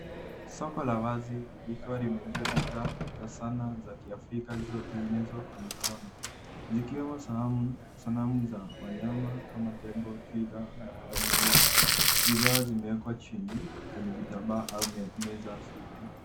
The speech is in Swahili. Soko la wazi likiwa limejaa bidhaa za sanaa za kiafrika zizizotengenezwa kwa mikono zikiwemo sanamu za wanyama kama tembo, twiga na punda milia. Bidhaa zimewekwa chini kwenye vitambaa au meza fupi.